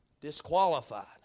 Disqualified